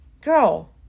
Girl